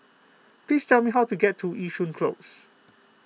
please tell me how to get to Yishun Close